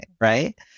right